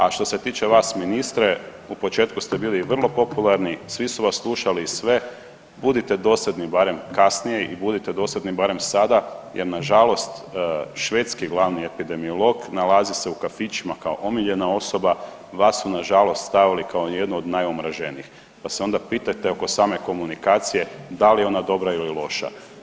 A što se tiče vas ministre, u početku ste bili vrlo popularni, svi su vas slušali i sve, budite dosadni barem kasnije i budite dosadni barem sada jer nažalost švedski glavni epidemiolog nalazi se u kafićima kao omiljena osoba, vas su nažalost stavili kao jednu od najomraženijih pa se onda pitajte oko same komunikacije da li je ona dobra ili loša.